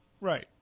Right